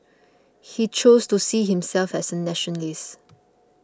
he chose to see himself as a nationalist